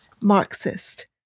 Marxist